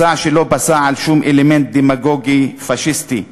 מסע שלא פסח על שום אלמנט דמגוגי פאשיסטי,